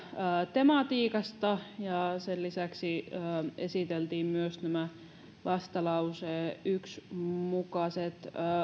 tematiikasta ja sen lisäksi esiteltiin myös nämä vastalauseen yksi mukaiset